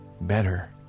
better